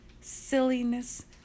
silliness